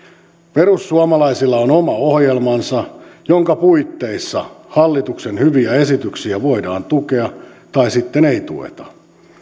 perussuomalaisilla on oma ohjelmansa jonka puitteissa hallituksen hyviä esityksiä voidaan tukea tai sitten ei tueta